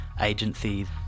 Agencies